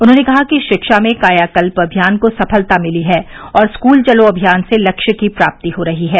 उन्होंने कहा कि शिक्षा में कायाकल्प अभियान को सफलता मिली है और स्कूल चलो अभियान से लक्ष्य की प्राप्ति हो रही है